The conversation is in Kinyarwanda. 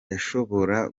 yashobora